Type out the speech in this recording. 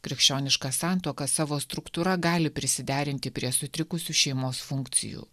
krikščioniška santuoka savo struktūra gali prisiderinti prie sutrikusių šeimos funkcijų